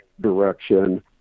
direction